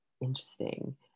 Interesting